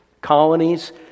colonies